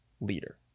leader